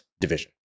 division